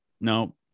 no